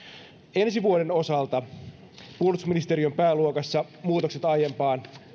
ensi vuoden osalta puolustusministeriön pääluokassa muutokset aiempaan